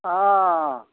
অ'